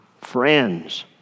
friends